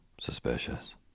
suspicious